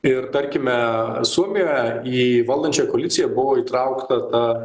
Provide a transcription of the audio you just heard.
ir tarkime suomijoje į valdančią koaliciją buvo įtraukta ta